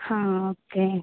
ஹா ஓகே